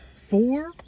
Four